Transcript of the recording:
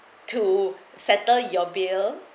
to settle your bill